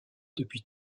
depuis